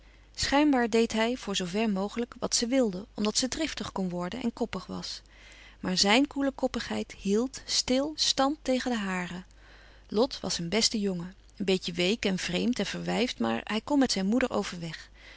schijnbaar deed hij voor zoo ver mogelijk wat ze wilde omdat ze driftig kon worden en koppig was maar zijn koele koppigheid hield stil stand tegen de hare lot was een beste jongen een beetje week en vreemd en verwijfd maar hij kon met zijn moeder overweg